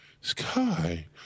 sky